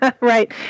Right